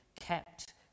kept